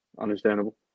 Understandable